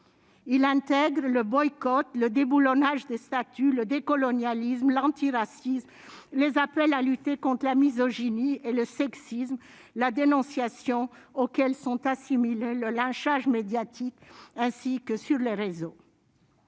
il intègre le boycott le déboulonnage des statues le des colonialismes l'antiracisme les appels à lutter contre la misogynie et le sexisme, la dénonciation auxquelles sont assimile le lynchage médiatique, ainsi que sur les réseaux.